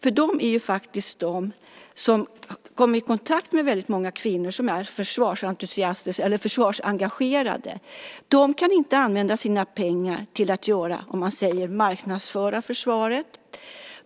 De kommer ju faktiskt i kontakt med väldigt många kvinnor som är försvarsengagerade. De kan inte använda sina pengar till att så att säga marknadsföra försvaret.